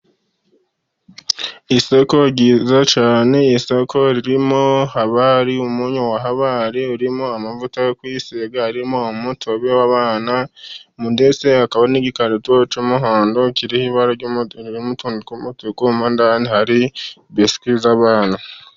Isoko ryiza cyane isoko ririmo habari umunyu wa habari, harimo amavuta yo kwisiga harimo umutobe w'abana, ndetse hakaba n'igikarito cy'umuhondo kiriho ibara ririmo utuntu tw'umutuku, mo ndani harimo biswi z'abana.